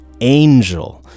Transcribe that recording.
angel